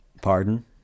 Pardon